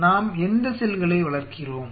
நாம் எந்த செல்களை வளர்க்கிறோம்